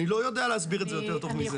אני לא יודע להסביר את זה יותר טוב מזה.